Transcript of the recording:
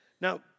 Now